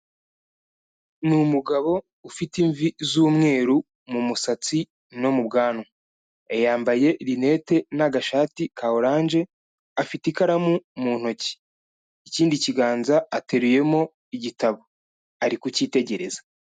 Ni umugabo ufite imvi z'umweru mu musatsi no mu bwanwa, yambaye rinete n'agashati ka oranje, afite ikaramu mu ntoki, ikindi kiganza ateruyemo igitabo ari kucyitegereza.